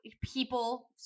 people